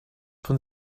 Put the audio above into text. von